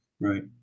Right